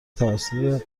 توسط